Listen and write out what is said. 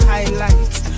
Highlights